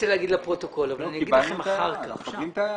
מקבלים את ההערה.